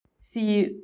see